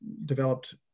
developed